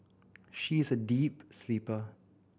she is a deep sleeper